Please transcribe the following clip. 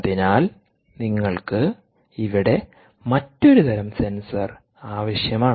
അതിനാൽ നിങ്ങൾക്ക് ഇവിടെ മറ്റൊരു തരം സെൻസർ ആവശ്യമാണ്